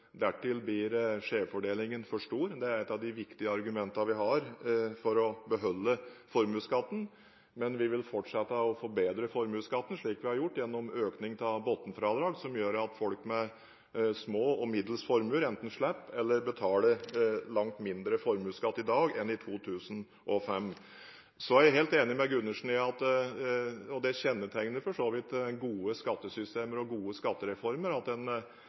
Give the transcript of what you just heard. Dertil blir skjevfordelingen for stor. Det er et av de viktige argumentene vi har for å beholde formuesskatten, men vi vil fortsette å forbedre formuesskatten slik vi har gjort, gjennom økning av bunnfradraget, som gjør at folk med små og middels formuer enten slipper eller betaler langt mindre formuesskatt i dag enn i 2005. Jeg er helt enig med Gundersen i at – og det kjennetegner for så vidt gode skattesystemer og gode skattereformer – en